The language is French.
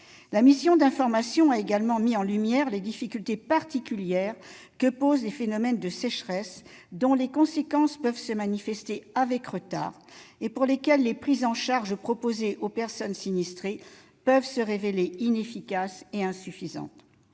La mission d'information a également mis en lumière les difficultés particulières que posent les phénomènes de sécheresse, dont les conséquences peuvent se manifester avec retard et pour lesquels les prises en charge proposées aux personnes sinistrées peuvent se révéler inefficaces et insuffisantes.